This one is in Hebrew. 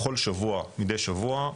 בכל שבוע, מידי שבוע.